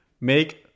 make